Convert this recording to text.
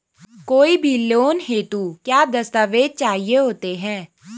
कोई भी लोन हेतु क्या दस्तावेज़ चाहिए होते हैं?